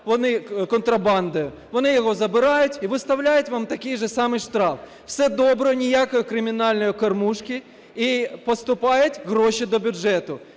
товар контрабандою, вони його забирають і виставляють вам такий же самий штраф. Все добре, ніякої кримінальної кормушки і поступають гроші до бюджету.